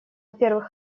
первых